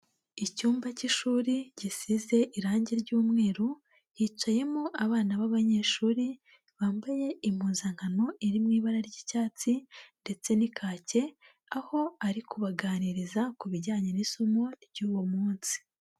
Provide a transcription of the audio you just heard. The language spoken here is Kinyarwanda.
Icyumba cy'ishuri gisize irangi ry'umweru, hicayemo abana b'abanyeshuri bambaye impuzankano iri mu ibara ry'icyatsi ndetse n'ikake aho ari kubaganiriza ku bijyanye n'isomo ry'uwo munsi.